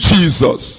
Jesus